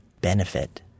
benefit